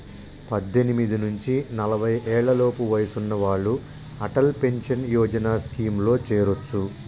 పద్దెనిమిది నుంచి నలభై ఏళ్లలోపు వయసున్న వాళ్ళు అటల్ పెన్షన్ యోజన స్కీమ్లో చేరొచ్చు